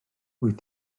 wyt